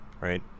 right